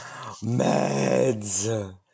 Meds